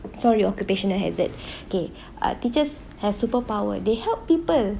sorry occupational hazard K ah teachers have superpower they help people